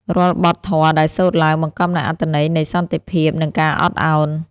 រាល់បទធម៌ដែលសូត្រឡើង បង្កប់នូវអត្ថន័យនៃសន្តិភាព និងការអត់ឱន។